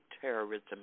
terrorism